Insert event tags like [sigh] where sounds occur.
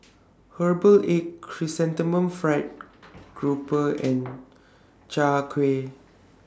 Herbal Egg Chrysanthemum Fried Grouper and [noise] Chai Kuih